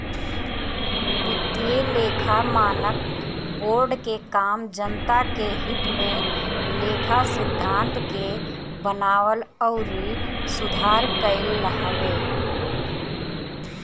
वित्तीय लेखा मानक बोर्ड के काम जनता के हित में लेखा सिद्धांत के बनावल अउरी सुधार कईल हवे